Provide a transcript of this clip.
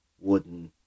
wooden